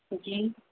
جی